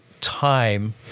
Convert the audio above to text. time